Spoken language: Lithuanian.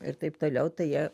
ir taip toliau tai jie